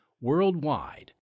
worldwide